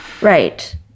Right